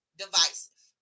divisive